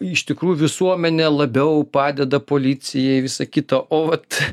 iš tikrų visuomenė labiau padeda policijai visa kita o vat